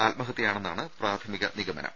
ആത്മഹത്യയാണെന്നാണ് പ്രാഥമിക നിഗമനം